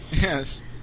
yes